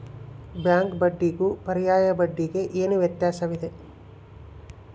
Bank ಬಡ್ಡಿಗೂ ಪರ್ಯಾಯ ಬಡ್ಡಿಗೆ ಏನು ವ್ಯತ್ಯಾಸವಿದೆ?